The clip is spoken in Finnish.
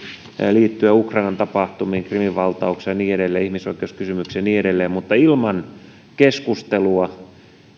liittyen ukrainan tapahtumiin krimin valtaukseen ja niin edelleen ihmisoikeuskysymyksiin ja niin edelleen niin ilman keskustelua